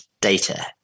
data